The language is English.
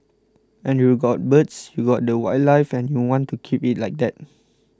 and you've got birds you've got the wildlife and you want to keep it like that